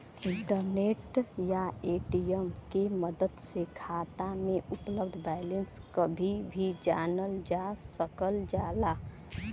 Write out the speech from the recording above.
internet या ATM के मदद से खाता में उपलब्ध बैलेंस कभी भी जानल जा सकल जाला